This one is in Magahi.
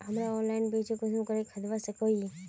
हमरा ऑनलाइन बीज कुंसम करे खरीदवा सको ही?